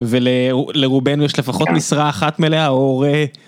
ולרובנו יש לפחות משרה אחת מלאה אור...